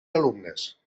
alumnes